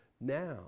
now